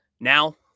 Now